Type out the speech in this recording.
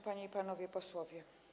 Panie i Panowie Posłowie!